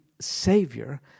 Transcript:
Savior